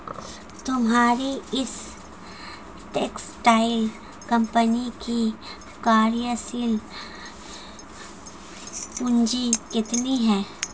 तुम्हारी इस textile company की कार्यशील पूंजी कितनी है?